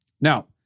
Now